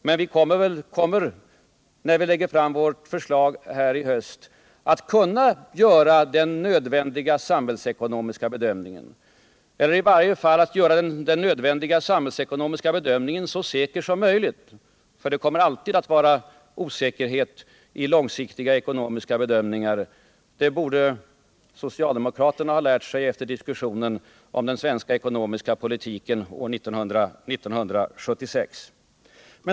Men vi kommer, när vi lägger fram vårt förslag för riksdagen i höst, att kunna göra den nödvändiga samhällsekonomiska bedömningen eller i varje fall att kunna göra en så säker nödvändig samhällsekonomisk bedömning som möjligt. Det kommer alltid att vara en viss osäkerhet vid långsiktiga ekonomiska bedömningar. Det borde socialdemokraterna ha lärt sig efter diskussionen om den svenska ekonomiska politiken år 1976.